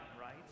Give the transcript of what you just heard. right